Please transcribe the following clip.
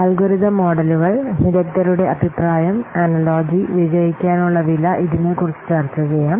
algorithm മോഡലുകൾ വിദഗ്ദ്ധരുടെ അഭിപ്രായം അനലോജി വിജയിക്കാനുള്ള വില ഇതിനെക്കുറിച്ച് ചർച്ച ചെയ്യാം